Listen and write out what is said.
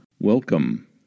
Welcome